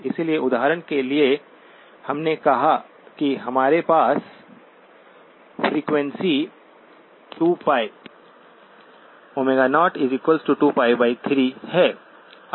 इसलिए उदाहरण के लिए हमने कहा कि हमारे पास फ़्रीक्वेंसी 2π 02π3 है